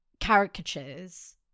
caricatures